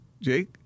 Jake